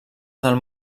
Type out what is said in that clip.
del